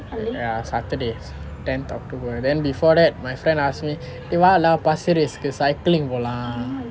ya saturday tenth october then before that my friend ask me eh want to go pasir ris go cycling போலாம்:polaam